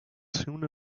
soon